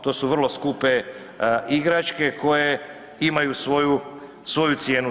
To su vrlo skupe igračke koje imaju svoju cijenu.